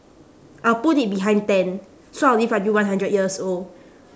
I'll put it behind ten so I'll live until one hundred years old